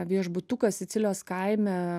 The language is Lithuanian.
viešbutukas sicilijos kaime